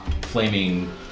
flaming